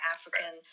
African